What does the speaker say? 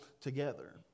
together